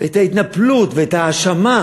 ההתנפלות ואת ההאשמה